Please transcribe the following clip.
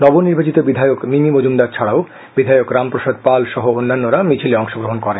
নবনির্বাচিত বিধায়ক মিমি মজুমদার ছাডাও বিধায়ক রামপ্রসাদ পাল সহ অন্যান্যরা মিছিলে অংশগ্রহণ করেন